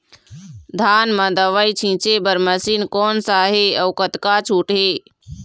धान म दवई छींचे बर मशीन कोन सा हे अउ कतका छूट हे?